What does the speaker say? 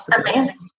amazing